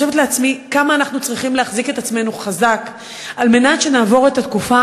כמה אנחנו צריכים להחזיק את עצמנו חזק כדי שנעבור את התקופה